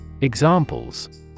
Examples